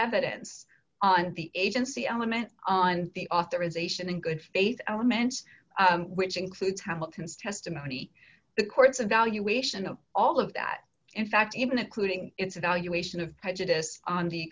evidence on the agency element on the authorization in good faith elements which includes hamilton's testimony the courts and valuation of all of that in fact even including its evaluation of prejudice on the